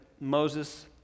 Moses